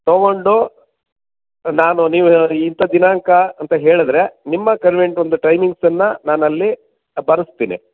ತಗೊಂಡು ನಾನು ನೀವು ಇಂಥ ದಿನಾಂಕ ಅಂತ ಹೇಳಿದರೆ ನಿಮ್ಮ ಕಣ್ವಿಯಂಟ್ ಒಂದು ಟೈಮಿಂಗ್ಸನ್ನು ನಾನಲ್ಲಿ ಬರೆಸ್ತೀನಿ